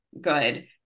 good